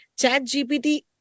ChatGPT